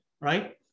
right